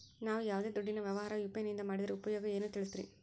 ನಾವು ಯಾವ್ದೇ ದುಡ್ಡಿನ ವ್ಯವಹಾರ ಯು.ಪಿ.ಐ ನಿಂದ ಮಾಡಿದ್ರೆ ಉಪಯೋಗ ಏನು ತಿಳಿಸ್ರಿ?